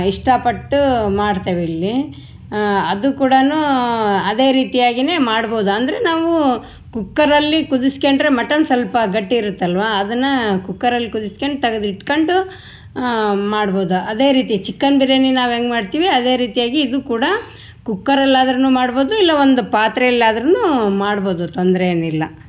ಇಷ್ಟ ಪಟ್ಟು ಮಾಡ್ತೇವೆ ಇಲ್ಲಿ ಅದು ಕೂಡ ಅದೇ ರೀತಿಯಾಗಿ ಮಾಡ್ಬೌದು ಅಂದರೆ ನಾವೂ ಕುಕ್ಕರಲ್ಲಿ ಕುದಿಸ್ಕೊಂಡ್ರೆ ಮಟನ್ ಸ್ವಲ್ಪ ಗಟ್ಟಿ ಇರುತ್ತೆ ಅಲ್ವ ಅದನ್ನು ಕುಕ್ಕರಲ್ಲಿ ಕುದಿಸ್ಕೊಂಡು ತೆಗೆದಿಟ್ಕೊಂಡು ಮಾಡ್ಬೌದ ಅದೇ ರೀತಿ ಚಿಕನ್ ಬಿರಿಯಾನಿ ನಾವು ಹೆಂಗೆ ಮಾಡ್ತೀವಿ ಅದೇ ರೀತಿಯಾಗಿ ಇದು ಕೂಡ ಕುಕ್ಕರಲ್ಲಿ ಆದ್ರು ಮಾಡ್ಬೌದು ಇಲ್ಲ ಒಂದು ಪಾತ್ರೆಯಲ್ಲಿ ಆದ್ರು ಮಾಡ್ಬೌದು ತೊಂದರೆ ಏನು ಇಲ್ಲ